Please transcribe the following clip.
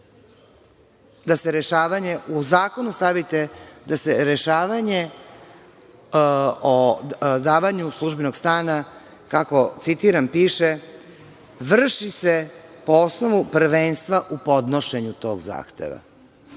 da se rešavanje o davanju službenog stana, kako citiram, piše – vrši se po osnovu prvenstva u podnošenju tog zahteva?